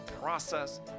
process